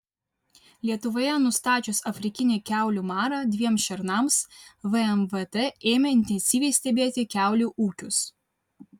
lietuvoje nustačius afrikinį kiaulių marą dviem šernams vmvt ėmė intensyviai stebėti kiaulių ūkius